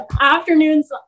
Afternoons